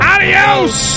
Adios